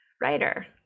writer